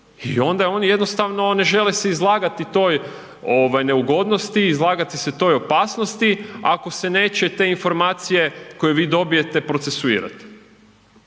i onda oni jednostavno ne žele se izlagati toj ovaj neugodnosti, izlagati se toj opasnosti ako se neće te informacije koje vi dobijete procesuirati,